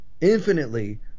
infinitely